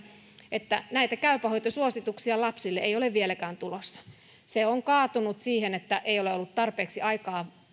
että näitä käypä hoito suosituksia lapsille ei ole vieläkään tulossa se on kaatunut siihen että ei ole ollut tarpeeksi aikaa